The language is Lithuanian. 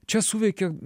čia suveikia